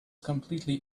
completely